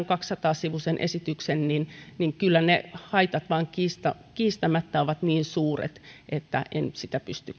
kaksisataa sivuisen esityksen kyllä ne haitat vain kiistämättä ovat niin suuret että en sitä pysty